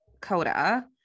CODA